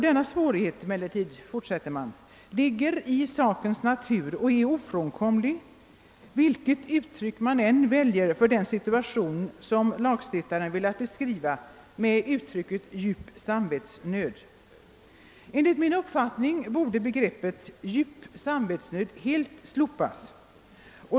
Denna svårighet ligger i sakens natur och är ofrånkomlig vilket uttryck man än väljer för den situation, som lagstiftaren velat beskriva med uttrycket ”djup samvetsnöd”.» Enligt min uppfattning borde begreppet »djup samvetsnöd» helt slopas.